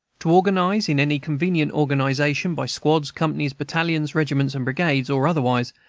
to organize in any convenient organization, by squads, companies, battalions, regiments, and brigades, or otherwise,